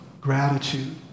gratitude